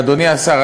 אדוני השר,